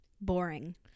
boring